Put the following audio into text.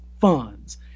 funds